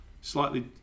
slightly